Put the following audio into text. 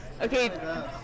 Okay